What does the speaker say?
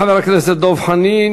תודה לחבר הכנסת דב חנין.